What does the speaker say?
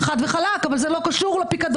חד וחלק, אבל זה לא קשור לפיקדון.